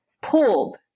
pulled